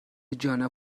جانا